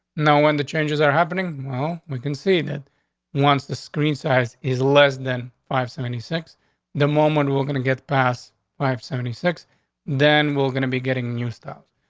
no, when the changes are happening. well, we can see that once the screen size is less than five seventy six the moment we're gonna get past five seventy six then we're gonna be getting new stuff.